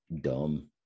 dumb